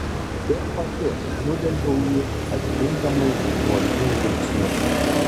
ir pati nudelbiau jį atitinkamai nuožmiu žvilgsniu